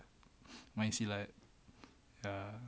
main silat dah